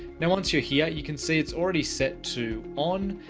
now, once you're here, you can see it's already set to on,